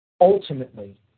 ultimately